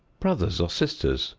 brothers or sisters,